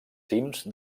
cims